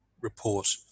report